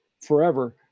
forever